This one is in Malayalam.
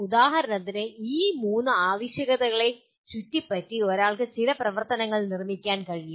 ഉദാഹരണത്തിന് ഈ മൂന്ന് ആവശ്യകതകളെ ചുറ്റിപറ്റി ഒരാൾക്ക് ചില പ്രവർത്തനങ്ങൾ നിർമ്മിക്കാൻ കഴിയും